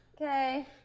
Okay